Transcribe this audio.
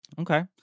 Okay